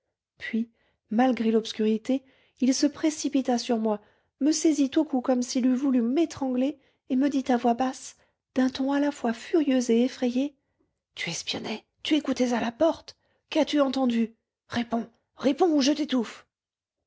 puis malgré l'obscurité il se précipita sur moi me saisit au cou comme s'il eût voulu m'étrangler et me dit à voix basse d'un ton à la fois furieux et effrayé tu espionnais tu écoutais à la porte qu'as-tu entendu réponds réponds ou je t'étouffe